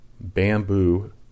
bamboo